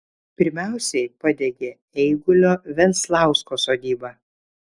pirmiausiai padegė eigulio venslausko sodybą